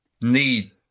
need